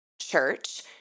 church